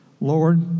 Lord